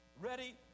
Ready